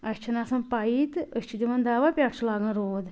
اسہِ چھَنہٕ آسان پَییی تہٕ أسۍ چھِ دِوان دَوا تہٕ پٮ۪ٹھ چھُ لاگان روٗد